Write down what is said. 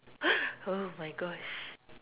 !oh-my-gosh!